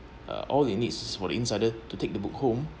uh all it needs is for the insider to take the book home